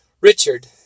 Richard